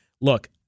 look